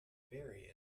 bury